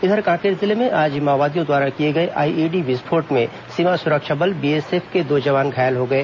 इधर कांकेर जिले में आज माओवादियों द्वारा किए गए आईईडी विस्फोट में सीमा सुरक्षा बल बीएसएफ के दो जवान घायल हो गए